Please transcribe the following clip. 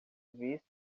vista